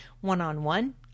one-on-one